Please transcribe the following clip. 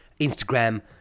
Instagram